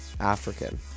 African